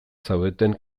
zaudeten